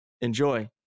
Enjoy